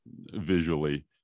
visually